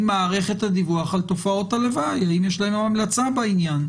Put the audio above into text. מערכת הדיווח על תופעות הלוואי אם יש להם המלצה בעניין?